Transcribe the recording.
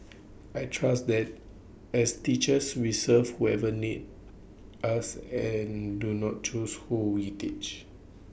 I trust that as teachers we serve whoever needs us and do not choose who we teach